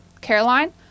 Caroline